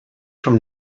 from